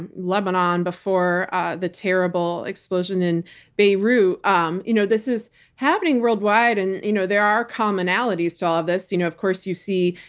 and lebanon before the terrible explosion in beirut-this um you know is happening worldwide. and you know there are commonalities to all of this. you know of course you see,